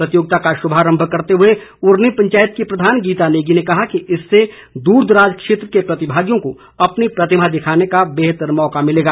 प्रतियोगिता का शुभारंभ करते हुए उरनी पंचायत की प्रधान गीता नेगी ने कहा कि इससे दूर दराज क्षेत्र के प्रतिभागियों को अपनी प्रतिभा दिखाने का बेहतर मौका मिलेगा